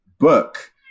book